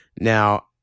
now